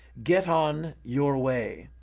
get on your way!